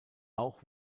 auch